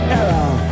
error